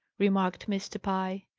remarked mr. pye.